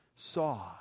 saw